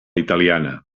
italiana